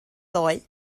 ddoe